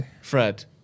Fred